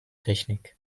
technik